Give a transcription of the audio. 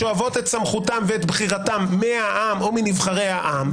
הן שואבות את סמכותן ואת בחירתן מהעם או מנבחרי העם.